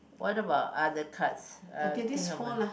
what about other cards uh think about